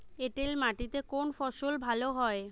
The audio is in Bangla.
এঁটেল মাটিতে কোন ফসল ভালো হয়?